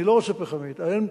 אני לא עושה פחמית היום.